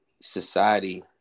society